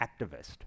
activist